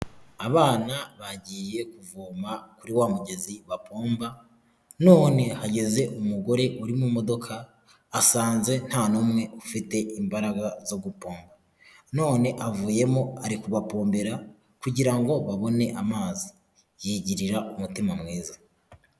Abana bagiye kuvoma kuri wa mugezi wa bapomba, none hageze umugore uri mu modoka asanze nta n'umwe ufite imbaraga zo gupomba, none avuyemo ari kubapombera kugira ngo babone amazi, yigirira umutima mwiza.